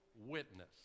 witness